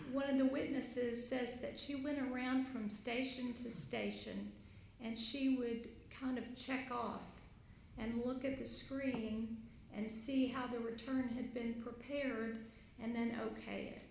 one of the witnesses says that she went around from station to station and she would kind of check off and look at the screen and see how the return had been prepared and then ok and